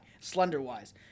slender-wise